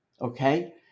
okay